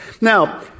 Now